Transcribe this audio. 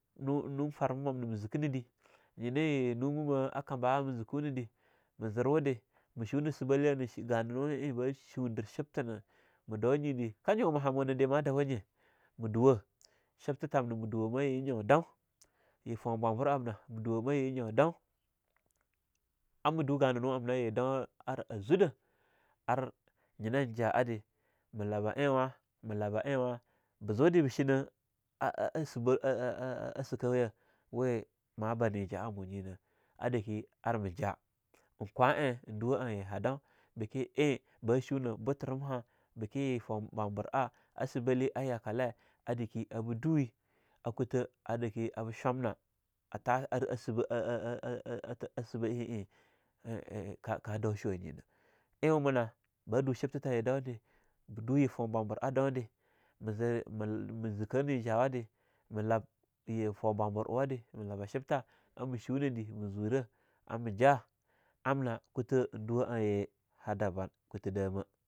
Nu-numfarma mamna ma zeke na dah, nyinye numa ma kamba'a ma zekuh na dei, ma zirwade ma shuna sebalya na shi gananu ein ba shundir shebtahna, ma daunyi de, ka nyoma hamunah dah ma dayawa nye, ma duwah, shibtha thamna ma duwahma ye nyo dau, ye foun bwabura amna ma duwa ma ye nyo dau, a ma du gananuamna ayu dau a zuda, ar nyina ja'a dah ma labah e wa, ma labah ewa, ba zoda dah bah shina a-a-a sibal a-a-a sekawya we ma bane ja'a mu nyina a dake ar ma jah. Einkwae ein duwah aye hadau beke eing bah shunah boterimha bike foun bwabur'a a sebele a yakale adake a be duwee, a kuta a dake bah chwamnah a tah ar sibbah a-a-a eing ka dau chwanyena ein wamunah bah du sibtha taye daude, ba duye foun bwabur'a daude, me ze ma zikha ni ja'a da ma lab ye foun bwabwr uwadeh ma labah shibtha ama shunahde ma zwerah, ama ja amna kutha duwa aye ha daban kuta damah.